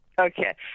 Okay